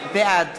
בעד